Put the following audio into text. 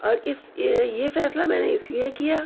اور اس یہ فیصلہ میں نے اس لیے کیا